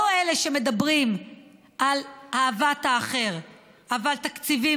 לא אלה שמדברים על אהבת האחר אבל תקציבים,